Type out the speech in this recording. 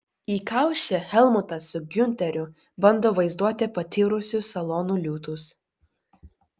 įkaušę helmutas su giunteriu bando vaizduoti patyrusius salonų liūtus